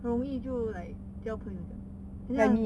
很容易就 like just 交朋友这样